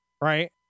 right